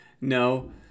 no